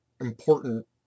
important